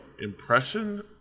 impression